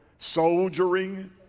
soldiering